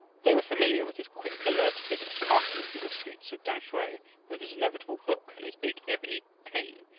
they were familiar with his quick, alert figure passing through the streets of tamsui, with his inevitable book and his big ebony cane.